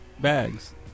bags